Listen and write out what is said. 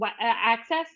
access